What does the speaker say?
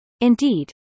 Indeed